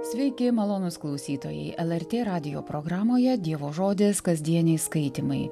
sveiki malonūs klausytojai lrt radijo programoje dievo žodis kasdieniai skaitymai